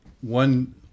one